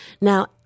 Now